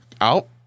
out